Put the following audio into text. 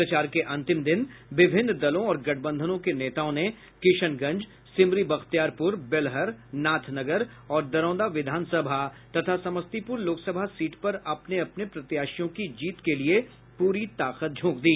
प्रचार के अंतिम दिन विभिन्न दलों और गठबंधनों के नेताओं ने किशनगंज सिमरी बख्तियारपुर बेलहर नाथनगर और दरोंदा विधानसभा तथा समस्तीपुर लोकसभा सीट पर अपने अपने प्रत्याशियों की जीत के लिए प्री ताकत झोंक दी